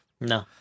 No